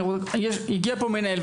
הגיע לפה מנהל,